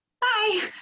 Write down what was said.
bye